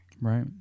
Right